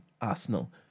Arsenal